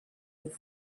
its